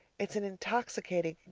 it's an intoxicating,